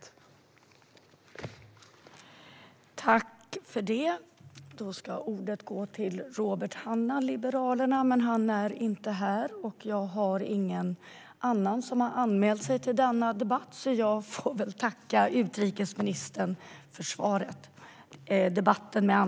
Förste vice talmannen konstaterade att interpellanten inte var närvarande i kammaren och förklarade överläggningen avslutad.